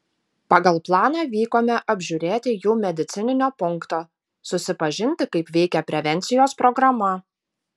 pagal planą vykome apžiūrėti jų medicininio punkto susipažinti kaip veikia prevencijos programa